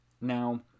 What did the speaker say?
Now